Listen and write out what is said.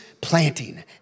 planting